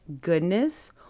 goodness